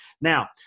Now